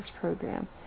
program